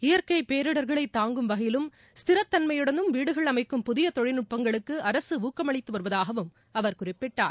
இயற்கை பேரிடர்களை தாங்கும் வகையிலும் ஸ்திரத்தன்மையுடனும் வீடுகள் அமைக்கும் புதிய தொழில்நுட்பங்களுக்கு அரசு ஊக்கமளித்து வருவதாகவும் அவர் குறிப்பிட்டார்